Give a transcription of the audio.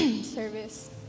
service